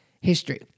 history